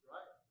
Right